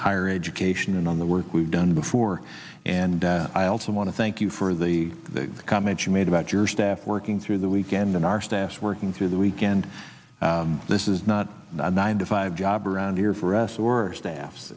higher education and on the work we've done before and i also want to thank you for the comment you made about your staff working through the weekend in our staff working through the weekend this is not a nine to five job around here for us the worst